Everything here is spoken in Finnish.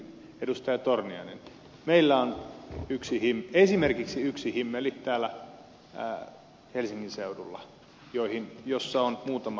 edustaja torniainen meillä on esimerkiksi yksi himmeli täällä helsingin seudulla jossa on muutama kunta